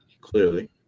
clearly